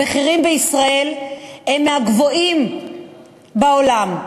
ומחירי המים בישראל הם מהגבוהים בעולם.